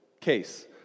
case